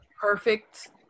perfect